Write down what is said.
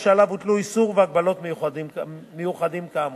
שהוטלו עליו איסור והגבלות מיוחדים כאמור.